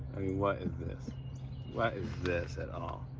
what is this? what is this at all?